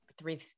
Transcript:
three